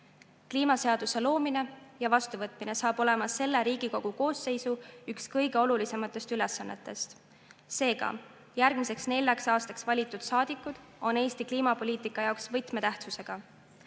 Kliimaseaduse loomine ja vastuvõtmine on selle Riigikogu koosseisu üks kõige olulisematest ülesannetest. Seega, järgmiseks neljaks aastaks valitud saadikud on Eesti kliimapoliitika jaoks võtmetähtsusega.